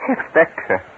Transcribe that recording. Inspector